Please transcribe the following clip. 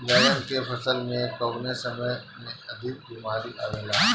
बैगन के फसल में कवने समय में अधिक बीमारी आवेला?